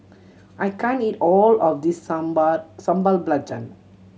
I can't eat all of this sambal Sambal Belacan